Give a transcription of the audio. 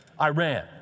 Iran